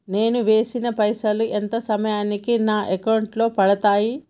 నేను వేసిన పైసలు ఎంత సమయానికి నా అకౌంట్ లో పడతాయి?